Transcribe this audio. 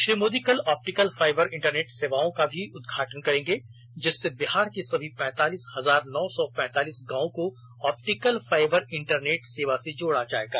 श्री मोदी कल optical fibre internet सेवाओं का भी उद्घाटन करेंगे जिससे बिहार के सभी पैंतालीस हजार नौ सौ पैंतालीस गाँवों को ऑप्टिकल फाइबर इंटरनेट सेवा से जोड़ा जाएगा